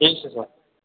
ठीक छै सर